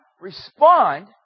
respond